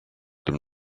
them